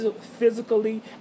physically